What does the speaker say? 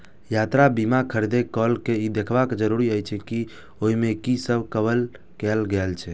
यात्रा बीमा खरीदै काल ई देखब जरूरी अछि जे ओइ मे की सब कवर कैल गेल छै